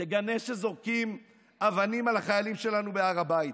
תגנה כשזורקים אבנים על החיילים שלנו בהר הבית,